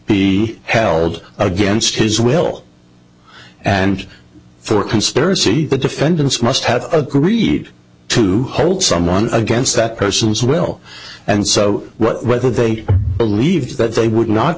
be held against his will and for a conspiracy the defendants must have agreed to hold someone against that person's will and so whether they believed that they would not